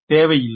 தேவையில்லை